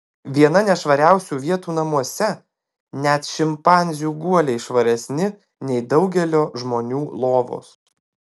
viena nešvariausių vietų namuose net šimpanzių guoliai švaresni nei daugelio žmonių lovos